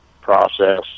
process